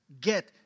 get